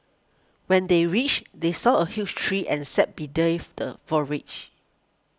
when they reached they saw a huge tree and sat the